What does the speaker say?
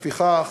לפיכך,